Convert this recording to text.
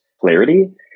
clarity